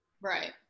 Right